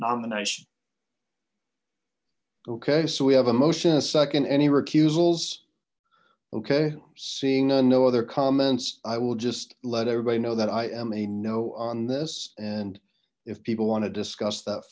nomination okay so we have a motion a second any recusal x okay seeing none no other comments i will just let everybody know that i am a no on this and if people want to discuss that